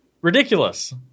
Ridiculous